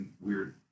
weird